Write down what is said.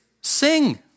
sing